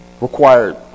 required